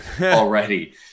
already